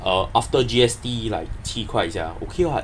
err after G_S_T like 七块 sia okay [what]